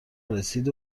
رسید